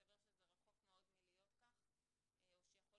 ומסתבר שזה רחוק מאוד מלהיות כך או שיכול